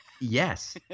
Yes